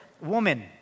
woman